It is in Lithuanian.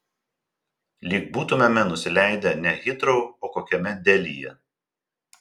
lyg būtumėme nusileidę ne hitrou o kokiame delyje